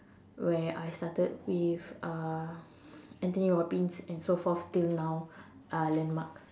where I started with uh Anthony Robins and so forth till now uh landmark